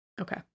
okay